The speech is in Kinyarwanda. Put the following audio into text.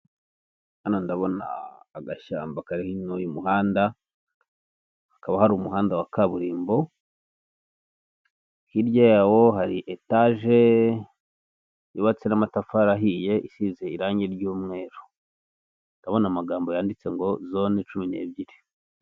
Hano ndabona agashyamba kari hino y'umuhanda hakaba hari umuhanda wa kaburimbo, hirya yawo hari etage yubatse n'amatafari ahiye isize irangi ry'umweru, ndabona amagambo yanditse ngo zone cumi n'ebyiri.